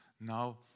now